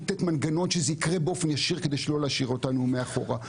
לתת מנגנון שזה יקרה באופן ישיר כדי שלא להשאיר אותנו מאחורה.